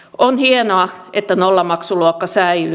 on hienoa että nollamaksuluokka säilyy